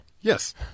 Yes